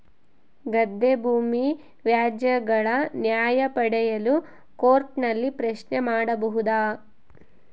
ಗದ್ದೆ ಭೂಮಿ ವ್ಯಾಜ್ಯಗಳ ನ್ಯಾಯ ಪಡೆಯಲು ಕೋರ್ಟ್ ನಲ್ಲಿ ಪ್ರಶ್ನೆ ಮಾಡಬಹುದಾ?